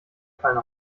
fallen